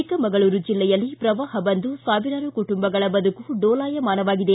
ಚಿಕ್ಕಮಗಳೂರು ಜಿಲ್ಲೆಯಲ್ಲಿ ಶ್ರವಾಹ ಬಂದು ಸಾವಿರಾರು ಕುಟುಂಬಗಳ ಬದುಕು ಡೋಲಾಯಮಾನವಾಗಿದೆ